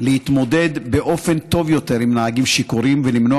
להתמודד באופן טוב יותר עם נהגים שיכורים ולמנוע